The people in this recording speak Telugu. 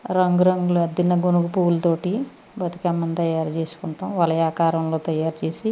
రంగు రంగుల దినగునుగు పూలుతోటి బతుకమ్మను తయారు చేసుకుంటాం వలయాకారంలో తయారు చేసి